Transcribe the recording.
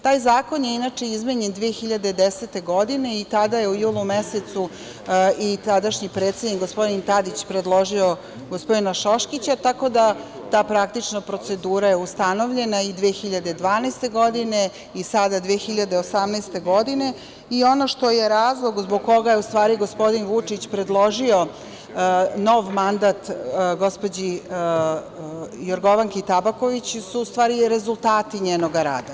Taj zakon je inače izmenjen 2010. godine i tada je u julu mesecu i tadašnji predsednik, gospodin Tadić predložio, gospodina Šoškića, tako da ta praktična procedura je ustanovljena i 2012. godine i sada 2018. godine. ono što je razlog zbog koga je gospodin Vučić predložio nov mandat gospođi Jorgovanki Tabaković, su u stvari rezultati njenog rada.